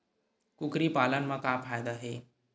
कुकरी पालन म का फ़ायदा हे?